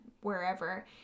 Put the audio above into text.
wherever